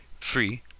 free